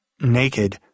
naked